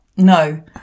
No